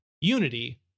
Unity